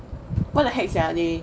what the heck sia they